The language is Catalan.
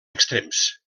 extrems